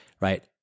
right